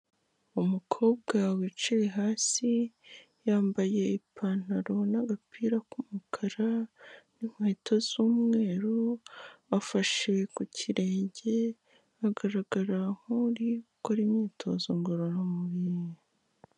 Umukobwa wicaye hasi yambaye ipantaro n'agapira k'umukara n'inkweto z'umweru, afashe ku kirenge agaragara nk'uri gukora imyitozo ngororamubiri.